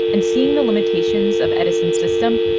and seeing the limitations of edison's system,